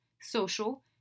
Social